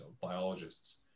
biologists